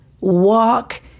walk